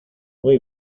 muy